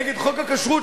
נגד חוק הכשרות,